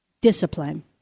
discipline